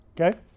Okay